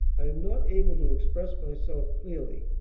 i am not able to express myself clearly.